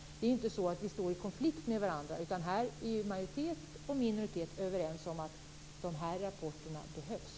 Det är inte så att vi står i konflikt med varandra. Här är majoritet och minoritet överens om att de här rapporterna behövs.